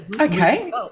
Okay